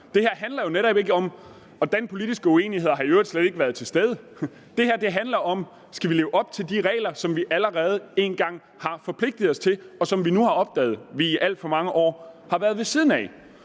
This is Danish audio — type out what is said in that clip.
Det her handler jo netop ikke om det, og den politiske uenighed har i øvrigt slet ikke været til stede. Det her handler om, hvorvidt vi skal leve op til de regler, som vi allerede en gang har forpligtet os til, og hvor vi nu har opdaget, at vi i alt for mange år har været ved siden af,